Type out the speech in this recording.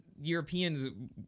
Europeans